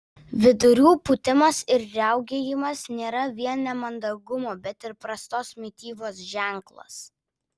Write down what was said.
vidurių pūtimas ir riaugėjimas nėra vien nemandagumo bet ir prastos mitybos ženklas